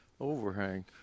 overhang